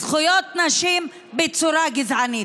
בזכויות נשים בצורה גזענית.